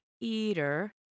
eater